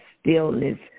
stillness